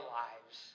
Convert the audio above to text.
lives